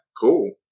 Cool